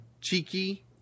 Cheeky